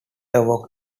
awoke